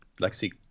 Lexi